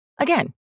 Again